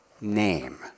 name